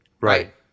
Right